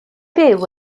byw